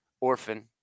Orphan